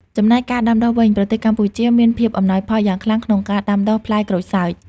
ចំណែកការដាំដុះវិញ ប្រទេសកម្ពុជាមាន ភាពអំណោយផលយ៉ាងខ្លាំង ក្នុងការដាំដុះផ្លែក្រូចសើច។